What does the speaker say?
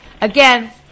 again